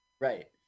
Right